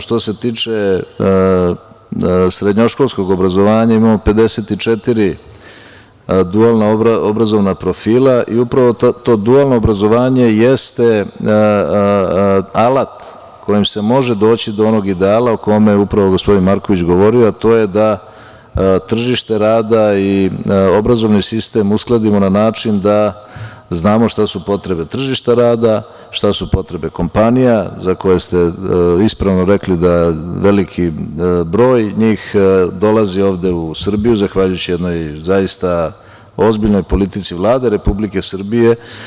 Što se tiče srednjoškolskog obrazovanja, imamo 54 dualno obrazovna profila i upravo to dualno obrazovanje jeste alat kojim se može doći do onog ideala o koje je upravo gospodin Marković govorio, a to je da tržište rada i obrazovni sistem uskladimo na način da znamo šta su potrebe tržišta rada, šta su potrebe kompanija za koje ste ispravno rekli da veliki broj njih dolazi ovde u Srbiji zahvaljujući jednoj zaista ozbiljnoj politici Vlade Republike Srbije.